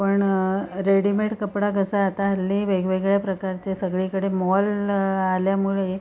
पण रेडीमेड कपडा कसा आता हल्ली वेगवेगळ्या प्रकारचे सगळीकडे मॉल आल्यामुळे